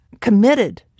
committed